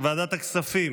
ועדת הכספים.